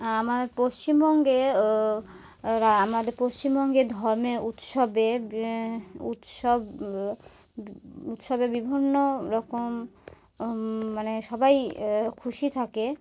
আমার পশ্চিমবঙ্গে আমাদের পশ্চিমবঙ্গে ধর্মে উৎসবে উৎসব উৎসবে বিভিন্ন রকম মানে সবাই খুশি থাকে